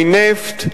מנפט,